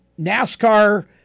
NASCAR